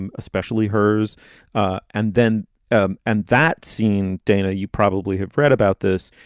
and especially hers ah and then um and that scene. dana, you probably have read about this.